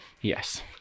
Yes